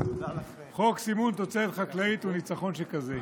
חוק סימון תוצרת חקלאית הוא ניצחון שכזה.